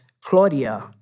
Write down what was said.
Claudia